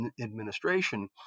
administration